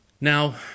Now